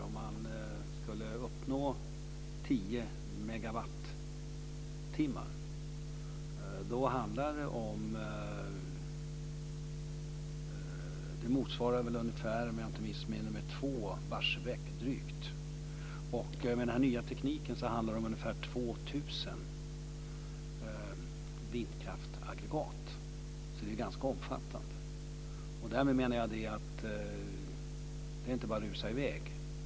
Om man skulle uppnå 10 megawattimmar så motsvarar det - om jag inte missminner mig - drygt två Barsebäck. Med den nya tekniken handlar det om ungefär 2 000 vindkraftaggregat. Det är alltså ganska omfattande! Därmed menar jag att det inte bara är att rusa i väg.